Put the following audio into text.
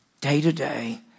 day-to-day